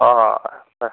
ꯍꯣꯏ ꯍꯣꯏ ꯐꯔꯦ